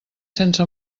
sense